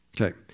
Okay